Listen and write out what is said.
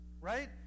right